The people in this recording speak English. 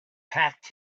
packed